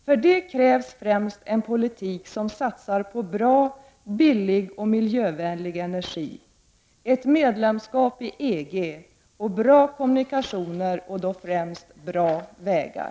För detta krävs främst en politik som satsar på bra, billig och miljövänlig energi, ett medlemskap i EG och bra kommunikationer, då främst bra vägar.